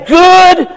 good